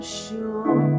sure